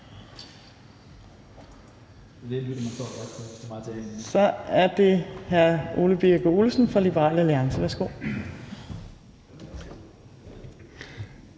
Så er det hr. Ole Birk Olesen fra Liberal Alliance. Værsgo.